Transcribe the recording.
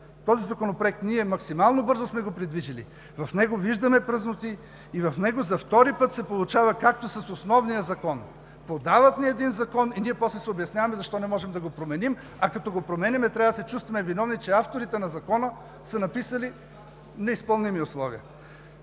този законопроект ние максимално бързо сме го придвижили. В него виждаме празноти и в него за втори път се получава, както с основния закон – подават ни един закон и ние после се обясняваме защо не можем да го променим, а като го променяме, трябва да се чувстваме виновни, че авторите на закона са написали неизпълними условия.